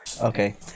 Okay